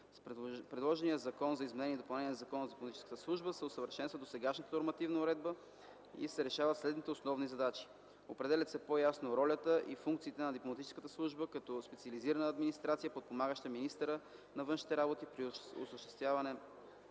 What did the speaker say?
предложения Законопроект за изменение и допълнение на Закона за дипломатическата служба се усъвършенства досегашната нормативна уредба и се решават следните основни задачи: Определят се по-ясно ролята и функциите на дипломатическата служба като специализирана администрация, подпомагаща министъра на външните работи при осъществяването